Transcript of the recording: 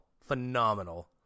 Phenomenal